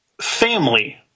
family